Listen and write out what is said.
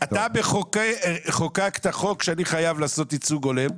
אתה חוקקת חוק לפיו אני חייב לעשות ייצוג הולם,